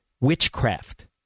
witchcraft